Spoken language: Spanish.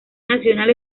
nacional